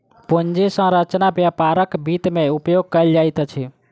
पूंजी संरचना व्यापारक वित्त में उपयोग कयल जाइत अछि